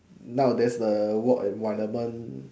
now there's a walk environment